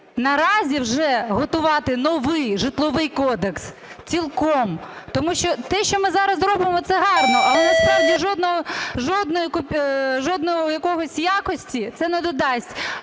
наразі вже готувати новий Житловий кодекс цілком? Тому що те, що ми зараз робимо, це гарно, але насправді жодної якоїсь якості це не додасть